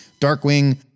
Darkwing